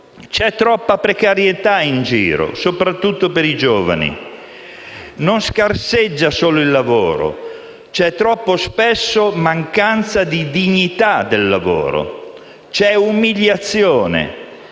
C'è troppa precarietà in giro, soprattutto per i giovani. Non scarseggia solo il lavoro, troppo spesso c'è mancanza di dignità del lavoro. C'è umiliazione.